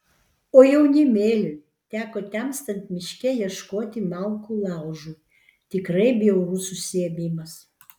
o jaunimėliui teko temstant miške ieškoti malkų laužui tikrai bjaurus užsiėmimas